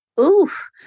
Oof